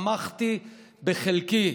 שמחתי בחלקי,